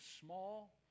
small